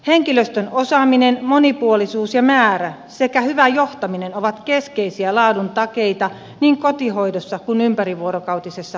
henkilöstön osaaminen monipuolisuus ja määrä sekä hyvä johtaminen ovat keskeisiä laadun takeita niin kotihoidossa kuin ympärivuorokautisessa hoidossa